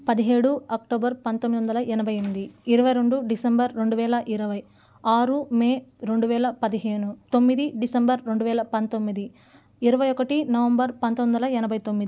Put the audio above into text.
పదిహేడు అక్టోబర్ పంతొమ్మిది వందల ఎనభై ఎనిమిది ఇరవై రెండు డిసెంబర్ రెండువేల ఇరవై ఆరు మే రెండువేల పదిహేను తొమ్మిది డిసెంబర్ రెండువేల పంతొమ్మిది ఇరవై ఒకటి నవంబర్ పంతొమ్మిది వందల ఎనభై తొమ్మిది